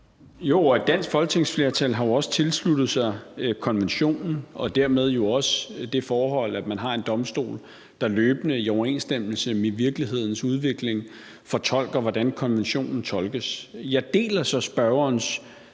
og et dansk folketingsflertal har jo også tilsluttet sig konventionen og dermed også det forhold, at man har en domstol, der løbende, i overensstemmelse med virkelighedens udvikling, fortolker, hvordan konventionen tolkes. Jeg deler så spørgerens